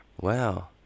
Wow